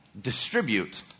distribute